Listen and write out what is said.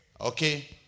Okay